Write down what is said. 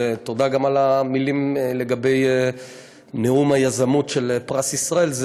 ותודה גם על המילים לגבי נאום היזמות של פרס ישראל.